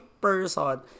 person